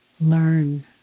learn